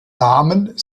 namen